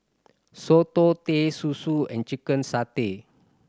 soto Teh Susu and chicken satay